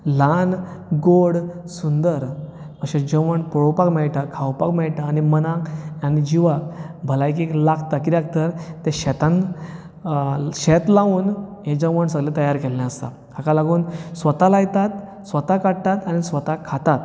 ल्हान गोड सुंदर अशें जेवण पळोवपाक मेळटा खावपाक मेळटा आनी जिवाक भलायकेक लागता कित्याक तर ते शेतांत शेत लावन हें जेवण सगळें तयार केल्लें आसता हाका लागून स्वता लायतात स्वता काडटात आनी स्वता खातात